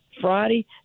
Friday